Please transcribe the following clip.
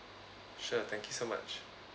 sure thank you so much